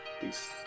Peace